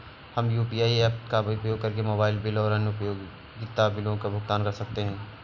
हम UPI apps का उपयोग करके मोबाइल बिल और अन्य उपयोगिता बिलों का भुगतान कर सकते हैं